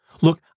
Look